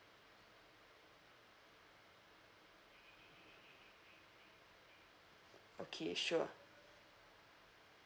okay sure